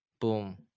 boom